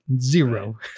zero